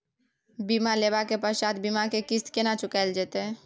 बीमा लेबा के पश्चात बीमा के किस्त केना चुकायल जेतै?